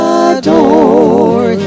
adore